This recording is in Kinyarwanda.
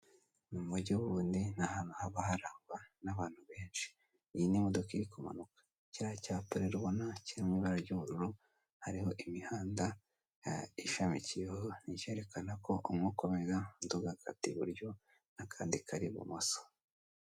M'umugi ubundi ni ahantu haba harangwa n'abantu benshi iyi ni imodoka iri kumanuka, kiriya cyapa rero ubona kiri mw'ibara ry'ubururu hariho imihanda ishamikiyeho ni icyerekana ko umwe ukomeza undi ugakata iburyo n'akandi kari ibumoso.